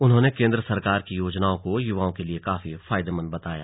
उन्होंने केंद्र सरकार की योजनाओं को युवाओं के लिए काफी फायदेमंद बताया